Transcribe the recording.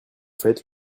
faites